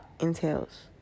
entails